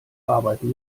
arbeiten